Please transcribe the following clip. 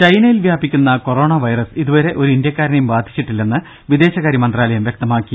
രുഭ ചൈനയിൽ വ്യാപിക്കുന്ന കൊറോണ വൈറസ് ഇതുവരെ ഒരു ഇന്ത്യക്കാരനെയും ബാധിച്ചിട്ടില്ലെന്ന് വിദേശകാര്യ മന്ത്രാലയം വ്യക്തമാക്കി